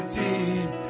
deep